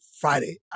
Friday